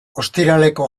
ostiraleko